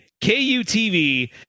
KUTV